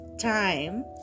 time